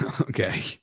Okay